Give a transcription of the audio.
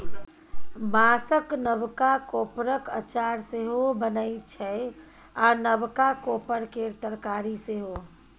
बाँसक नबका कोपरक अचार सेहो बनै छै आ नबका कोपर केर तरकारी सेहो